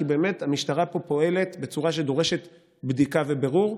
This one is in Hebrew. כי באמת המשטרה פה פועלת בצורה שדורשת בדיקה ובירור.